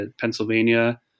Pennsylvania